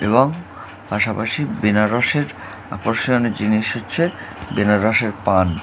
এবং পাশাপাশি বেনারসের আকর্ষণীয় জিনিস হচ্ছে বেনারসের পান